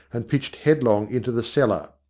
and pitched headlong into the cellar.